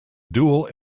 dual